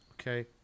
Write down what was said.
okay